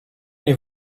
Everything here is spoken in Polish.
nie